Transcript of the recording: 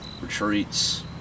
retreats